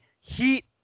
Heat